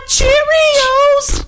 Cheerios